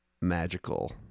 magical